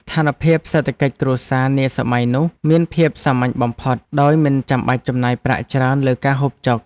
ស្ថានភាពសេដ្ឋកិច្ចគ្រួសារនាសម័យនោះមានភាពសាមញ្ញបំផុតដោយមិនចាំបាច់ចំណាយប្រាក់ច្រើនលើការហូបចុក។